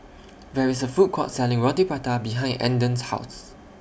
There IS A Food Court Selling Roti Prata behind Andon's House